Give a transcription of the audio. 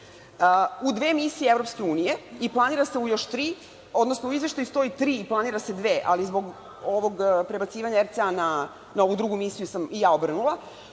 u dve misije EU i planira se još tri, odnosno u izveštaju stoji tri, a planiraju se dve, ali zbog ovog prebacivanja RCA na ovu drugu misiju sam i ja obrnula,